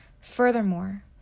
Furthermore